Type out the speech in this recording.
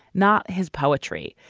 not his poetry,